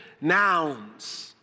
nouns